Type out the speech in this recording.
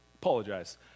apologize